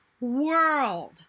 world